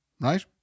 Right